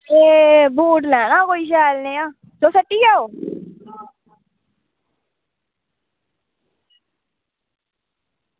एह् बूट लैना हा कोई शैल निहां तुस हट्टिया ओ